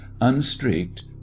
unstreaked